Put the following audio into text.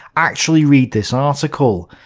actually read this article?